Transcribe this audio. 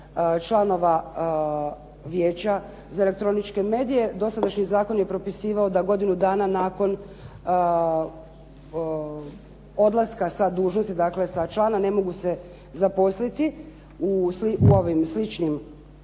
članova Vijeća za elektroničke medije. Dosadašnji zakon je propisivao da godinu dana nakon odlaska sa dužnosti, dakle sa člana ne mogu se zaposliti u ovim sličnim